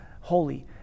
holy